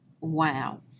wow